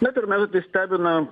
na pirmiausia tai stebina